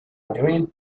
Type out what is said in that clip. dreamt